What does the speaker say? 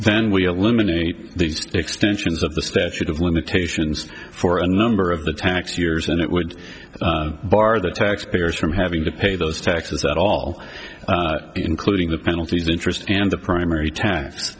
then we eliminate these extensions of the statute of limitations for a number of the tax years and it would bar the taxpayers from having to pay those taxes at all including the penalties interest and the primary t